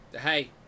hey